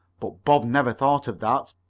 but bob never thought of that.